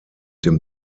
dem